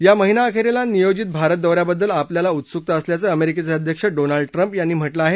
या महिनाअखेरिला नियोजित भारत दौ याबद्दल आपल्याला उत्सुकता असल्याचं अमेरिकेचे अध्यक्ष डोनाल्ड ट्रम्प यांनी म्हटलं आहे